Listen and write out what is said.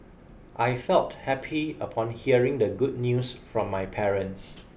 I felt happy upon hearing the good news from my parents